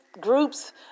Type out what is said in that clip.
groups